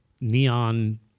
neon